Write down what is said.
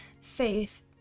faith